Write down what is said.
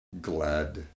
glad